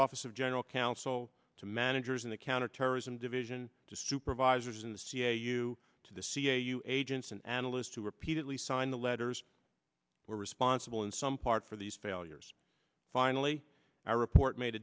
office of general counsel to managers in the counterterrorism division to supervisors in the cia you to the cia you agents and analysts who repeatedly signed the letters were responsible in some part for these failures finally our report made